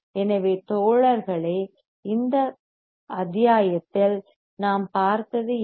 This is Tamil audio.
எனவே தோழர்களே இந்த அத்தியாயத்தில் நாம் பார்த்தது என்ன